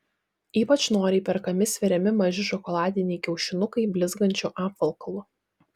ypač noriai perkami sveriami maži šokoladiniai kiaušinukai blizgančiu apvalkalu